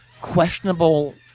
Questionable